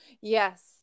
Yes